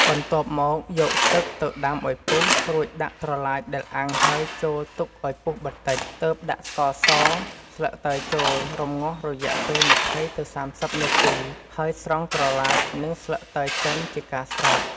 បន្ទាប់មកយកទឹកទៅដាំឱ្យពុះ រួចដាក់ត្រឡាចដែលអាំងហើយចូលទុកឱ្យពុះបន្តិច ទើបដាក់ ស្ករស ស្លឹកតើយចូល រំងាស់រយៈពេល ២០ ទៅ ៣០នាទី ហើយស្រង់ត្រឡាច និងស្លឹកតើយចេញជាការស្រេច។